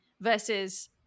versus